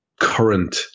current